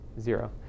Zero